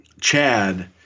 Chad